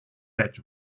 batch